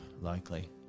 likely